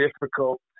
difficult